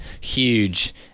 huge